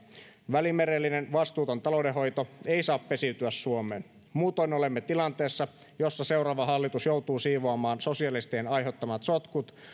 välimerellinen vastuuton taloudenhoito ei saa pesiytyä suomeen muutoin olemme tilanteessa jossa seuraava hallitus joutuu siivoamaan sosialistien aiheuttamat sotkut